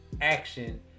action